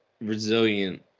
resilient